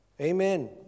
Amen